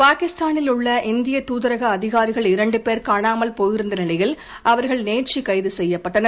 பாகிஸ்தானில் உள்ள இந்திய தூதரக அதிகாரிகள் இரண்டு பேர் காணாமல் போயிருந்த நிலையில் அவரக்ள் நேற்று கைது செய்யப்பட்டனர்